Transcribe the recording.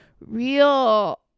real